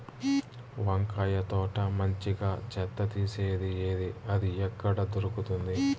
వంకాయ తోట మంచిగా చెత్త తీసేది ఏది? అది ఎక్కడ దొరుకుతుంది?